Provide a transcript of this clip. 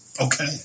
okay